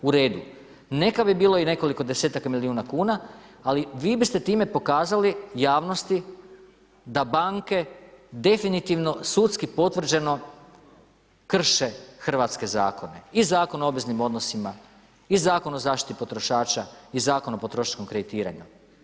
U redu, neka bi bilo i nekoliko desetaka milijuna kuna ali vi biste time pokazali javnosti da banke definitivno sudski potvrđeno, krše hrvatske zakone, i Zakon o obveznim odnosima i Zakon o zaštiti potrošača i Zakon o potrošačkom kreditiranju.